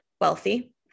wealthy